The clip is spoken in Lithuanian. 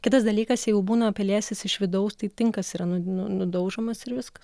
kitas dalykas jeigu būna pelėsis iš vidaus tai tinkas yra nu nu nudaužomas ir viskas